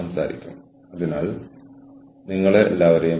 പരസ്പരം ബന്ധം ഇനി ഒരു പ്രശ്നമല്ല